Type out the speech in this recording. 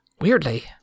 Weirdly